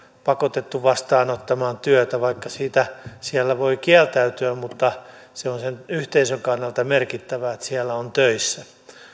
pakotettu vastaanottamaan työtä siitä siellä voi kieltäytyä mutta se on sen yhteisön kannalta merkittävää että siellä on töissä